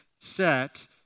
set